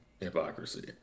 hypocrisy